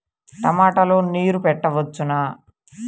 టమాట లో నీరు పెట్టవచ్చునా?